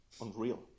unreal